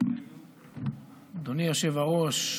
אדוני היושב-ראש,